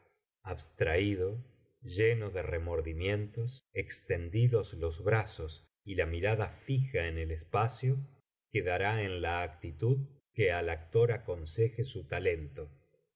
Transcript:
abstraído lleno de remordimientos extendidos los brazos y la mirada fija en el espacio quedará en la actitud que al actor aconseje su talento lady